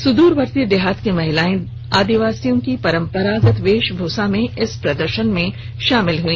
सुदूरवर्ती देहात की महिलाए आदिवासियों की परंपरागत वेशभूषा में इस प्रदर्शन में शामिल हुई